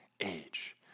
age